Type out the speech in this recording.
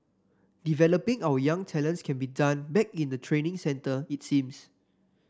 developing our young talents can be done back in the training centre it seems